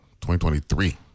2023